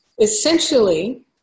essentially